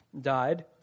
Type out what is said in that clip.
died